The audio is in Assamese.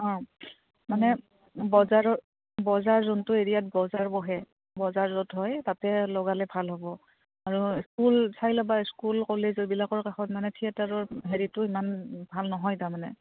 অঁ মানে বজাৰৰ বজাৰ যোনটো এৰিয়াত বজাৰ বহে বজাৰত হয় তাতে লগালে ভাল হ'ব আৰু স্কুল চাই ল'বা স্কুল কলেজ এইবিলাকৰ কাষত মানে থিয়েটাৰৰ হেৰিটো ইমান ভাল নহয় তাৰমানে